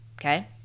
Okay